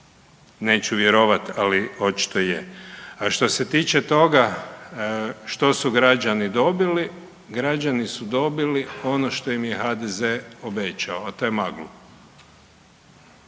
neću vjerovati, ali očito je. A što se tiče toga, što su građani dobili, građani su dobili ono što im je HDZ obećao, a to je magla.